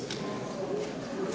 Hvala